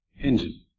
engine